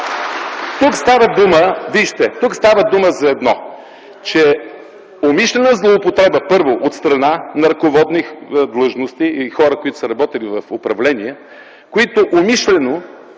Тук става дума за умишлена злоупотреба, първо, от страна на ръководни длъжности и хора, които са работили в управлението, които умишлено